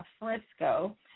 Frisco